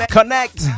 Connect